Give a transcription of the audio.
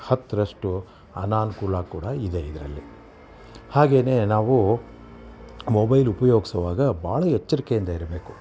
ಹತ್ತರಷ್ಟು ಅನನುಕೂಲ ಕೂಡ ಇದೆ ಇದರಲ್ಲಿ ಹಾಗೇನೇ ನಾವು ಮೊಬೈಲ್ ಉಪಯೋಗಿಸುವಾಗ ಭಾಳ ಎಚ್ಚರಿಕೆಯಿಂದ ಇರಬೇಕು